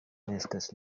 estas